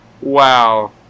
Wow